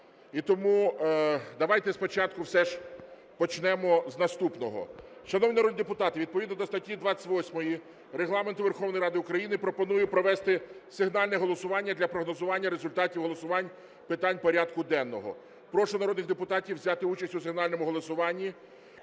І тому давайте спочатку все ж почнемо з наступного. Шановні народні депутати, відповідно до статті 28 Регламенту Верховної Ради України пропоную провести сигнальне голосування для прогнозування результатів голосувань питань порядку денного. Прошу народних депутатів взяти участь у сигнальному голосуванні.